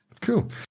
Cool